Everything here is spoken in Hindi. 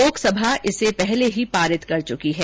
लोकसभा इसे पहले ही पारित कर चुकी है